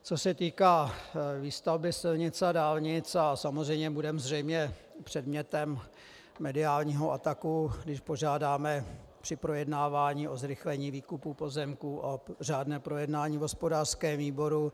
Co se týká výstavby silnic a dálnic a samozřejmě budeme zřejmě předmětem mediálního ataku, když požádáme při projednávání o zrychlení výkupu pozemků o řádné projednání v hospodářském výboru.